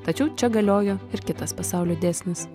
tačiau čia galiojo ir kitas pasaulio dėsnis